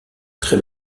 très